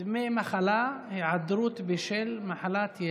היהודי בקלות הזאת,